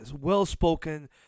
well-spoken